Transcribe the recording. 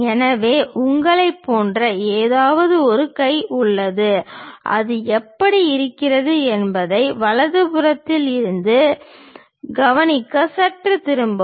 எனவே உங்களைப் போன்ற ஏதாவது ஒரு கை உள்ளது அது எப்படி இருக்கிறது என்பதை வலது புறத்தில் இருந்து கவனிக்க சற்றுத் திரும்பவும்